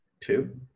Two